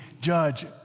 judge